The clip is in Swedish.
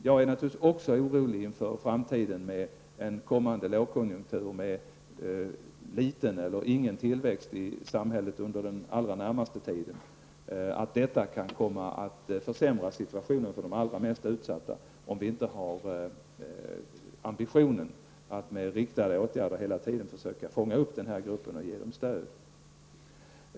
Jag är naturligtvis också orolig inför framtiden med en kommande lågkonjunktur med liten eller ingen tillväxt i samhället under den allra närmaste tiden. Detta kan komma att försämra situationen för de allra mest utsatta om vi inte har ambitionen att med riktade åtgärder hela tiden försöka fånga upp dessa grupper och ge dem stöd.